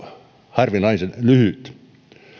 harvinaisen lyhyt